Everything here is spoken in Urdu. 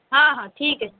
ہاں ہاں ٹھیک ہے